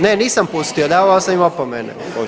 Ne nisam pustio, davao sam im opomene.